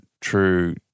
true